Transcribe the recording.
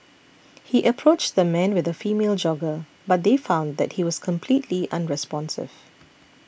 he approached the man with a female jogger but they found that he was completely unresponsive